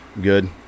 good